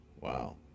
Wow